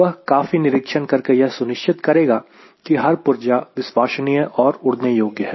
वह काफी निरीक्षण करके यह सुनिश्चित करेगा की हर पुर्जा विश्वसनीय और उड़ने योग्य है